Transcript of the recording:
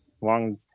long